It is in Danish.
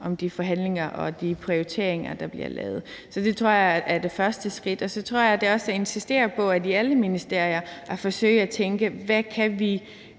om de forhandlinger og de prioriteringer, der bliver lavet. Så det tror jeg er det første skridt. Og så tror jeg, det også er at insistere på, at man i alle ministerier forsøger at tænke: Hvad kan vi